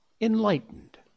enlightened